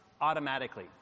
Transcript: automatically